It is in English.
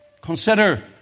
Consider